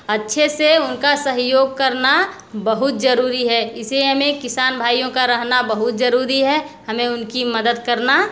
अच्छे से उनका सहयोग करना बहुत ज़रूरी है इसे हमें किसान भाइयों का रहना बहुत ज़रूरी है हमें उनकी मदद करना